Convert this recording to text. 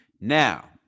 Now